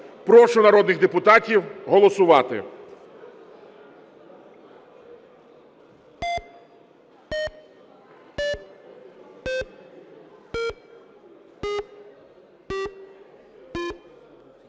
Прошу народних депутатів голосувати.